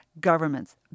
governments